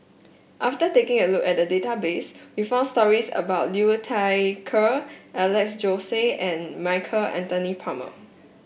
after taking a look at the database we found stories about Liu Thai Ker Alex Josey and Michael Anthony Palmer